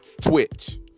twitch